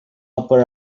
upper